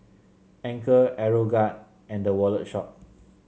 Anchor Aeroguard and The Wallet Shop